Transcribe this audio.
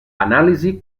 anàlisi